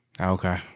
Okay